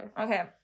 Okay